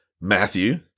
Matthew